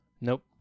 Nope